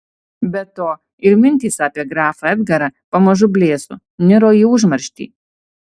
be to ir mintys apie grafą edgarą pamažu blėso niro į užmarštį